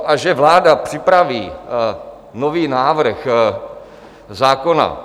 A že vláda připraví nový návrh zákona?